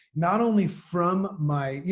not only from my you